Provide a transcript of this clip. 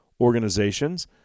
organizations